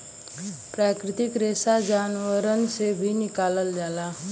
प्राकृतिक रेसा जानवरन से भी निकालल जाला